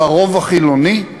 לרוב החילוני?